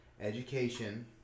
education